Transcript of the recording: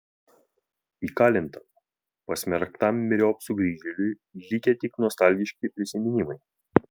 įkalintam pasmerktam myriop sugrįžėliui likę tik nostalgiški prisiminimai